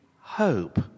hope